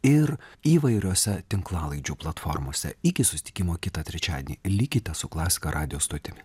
ir įvairiose tinklalaidžių platformose iki susitikimo kitą trečiadienį likite su klasika radijo stotimi